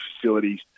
facilities